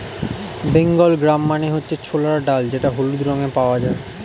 Bengal gram মানে হচ্ছে ছোলার ডাল যেটা হলুদ রঙে পাওয়া যায়